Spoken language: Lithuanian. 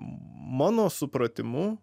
mano supratimu